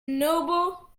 noble